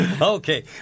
Okay